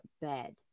bed